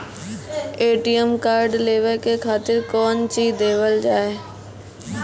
ATM card लेवे के खातिर कौंची देवल जाए?